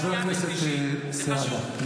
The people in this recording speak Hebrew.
זה הודענו שלא נצביע בקריאה שנייה ושלישית.